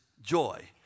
joy